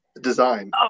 Design